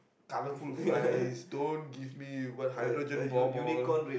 colourful fries don't give me hydrogen bomb all